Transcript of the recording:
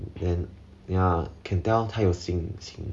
and ya can tell 他有心情